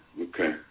Okay